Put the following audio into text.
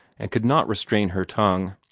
and could not restrain her tongue.